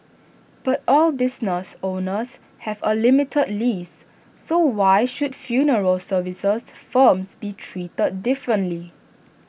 but all business owners have A limited lease so why should funeral services firms be treated differently